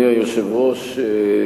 אדוני היושב-ראש,